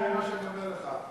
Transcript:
תעשה מה שאני אומר לך.